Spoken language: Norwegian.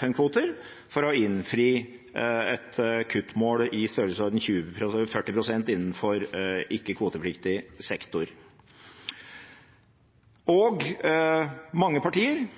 FN-kvoter, for å innfri et kuttmål i størrelsesordenen 40 pst. innenfor ikke-kvotepliktig sektor. Mange partier,